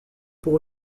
pour